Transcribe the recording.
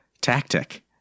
Tactic